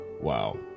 Wow